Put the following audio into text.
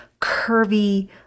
curvy